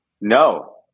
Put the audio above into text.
No